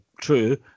true